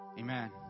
Amen